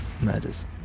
murders